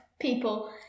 people